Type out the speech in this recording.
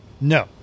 no